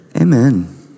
Amen